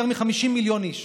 יותר מ-50 מיליון איש.